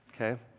Okay